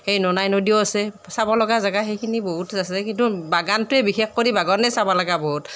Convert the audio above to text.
সেই ননাই নদীও আছে চাবলগা জেগা সেইখিনি বহুত আছে কিন্তু বাগানটোৱেই বিশেষ কৰি বাগানেই চাব লগা বহুত